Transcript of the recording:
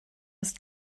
ist